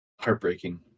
heartbreaking